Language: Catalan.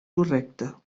correcte